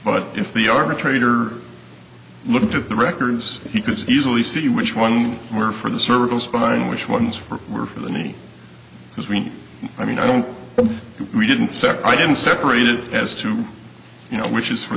but if the arbitrator looked at the records he could easily see which one where for the cervical spine which ones are were for the knee because we i mean i don't we didn't second i didn't separate it as to you know which is for